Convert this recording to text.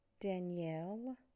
Danielle